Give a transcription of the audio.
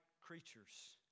creatures